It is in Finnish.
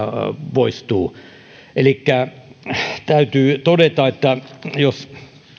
poistuu elikkä täytyy todeta että jos